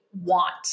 want